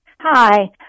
Hi